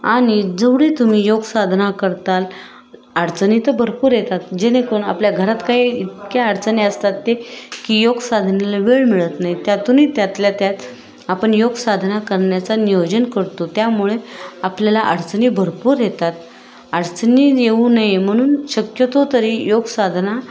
आणि जेवढी तुम्ही योगसाधना करताल अडचणी तर भरपूर येतात जेणेकरून आपल्या घरात काही इतक्या अडचणी असतात ते की योगसाधनेला वेळ मिळत नाही त्यातूनही त्यातल्या त्यात आपण योगसाधना करण्याचा नियोजन करतो त्यामुळे आपल्याला अडचणी भरपूर येतात अडचणी येऊ नये म्हणून शक्यतो तरी योगसाधना